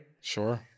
Sure